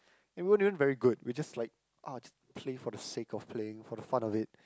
it weren't even very good we just like ah just play for the sake of playing for the fun of it